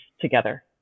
together